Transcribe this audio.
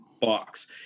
box